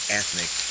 ethnic